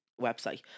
Website